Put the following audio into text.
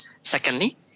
Secondly